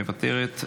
מוותרת,